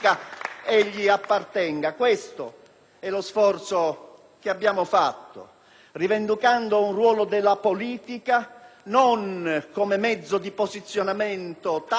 rivendicando un ruolo della politica non come mezzo di posizionamento tattico, ma come strumento per lo sviluppo del Paese e per la ripresa delle imprese.